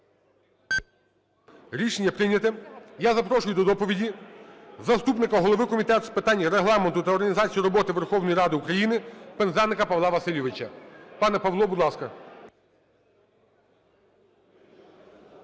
Рішення прийнято. Я запрошую до доповіді заступника голови Комітету з питань Регламенту та організації роботи Верховної Ради України Пинзеника Павла Васильовича. Пане Павло, будь ласка.